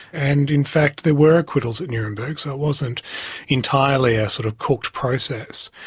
and in fact there were acquittals at nuremberg so it wasn't entirely a sort of cooked process.